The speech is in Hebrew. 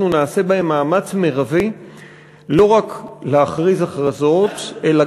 אנחנו נעשה בהם מאמץ מרבי לא רק להכריז הכרזות אלא